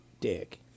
dick